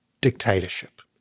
dictatorship